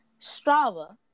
Strava